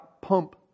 pump